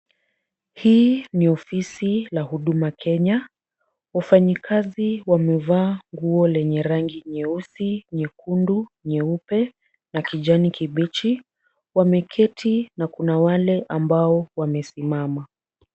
Hii ni ofisi la Huduma Kenya. Wafanyikazi wamevaa nguo lenye rangi nyeusi, nyekundu, nyeupe na kijani kibichi. Wameketi na kuna wale ambao wamesimama.